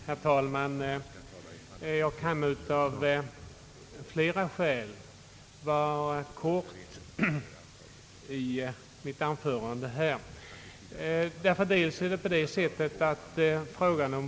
Herr talman! Jag kan av flera skäl fatta mig kort i mitt anförande.